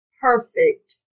perfect